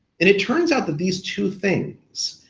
and it turns out that these two things,